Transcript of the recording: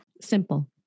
Simple